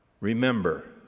remember